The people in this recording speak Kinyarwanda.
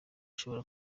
ushobora